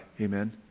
Amen